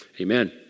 amen